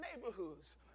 neighborhoods